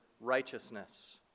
righteousness